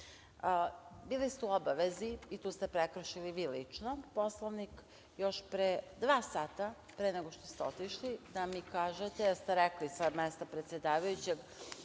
ste u obavezi i tu ste prekršili vi lično Poslovnik, još pre dva sata, pre nego što ste otišli da mi kažete, jer ste rekli sa mesta predsedavajućeg